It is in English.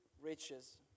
riches